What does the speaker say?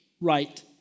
right